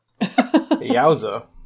Yowza